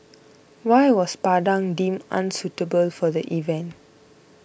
why was Padang deemed unsuitable for the event